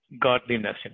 godliness